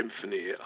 symphony